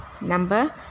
number